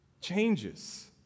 changes